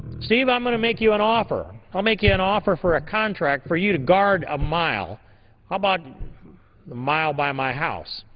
steve, i'm going to make you an offer, i'll make you an offer for a contract for you to guard a mile, how about a mile by my house,